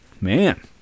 man